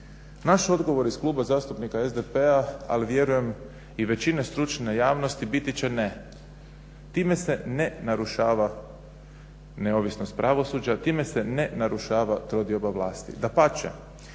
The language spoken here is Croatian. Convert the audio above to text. Naš odgovor iz kluba zastupnika SDP-a, ali vjerujem i većine stručne javnosti, biti će ne. Time se ne narušava neovisnost pravosuđa, time se ne narušava trodioba vlasti. Dapače,